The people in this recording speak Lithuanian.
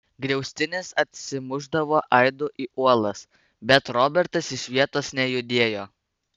griaustinis atsimušdavo aidu į uolas bet robertas iš vietos nejudėjo